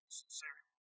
sincerely